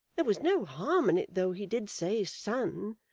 there was no harm in it though he did say son.